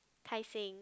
Tai Seng